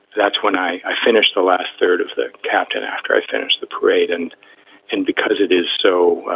that's when i finished the last third of the captain after i finished the parade. and and because it is so,